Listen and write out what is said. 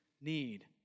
need